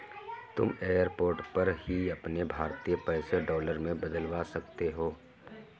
तुम एयरपोर्ट पर ही अपने भारतीय पैसे डॉलर में बदलवा सकती हो